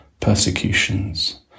persecutions